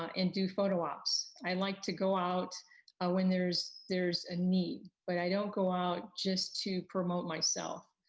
um and do photo ops. i like to go out ah when there's there's a need, but i don't go out just to promote myself.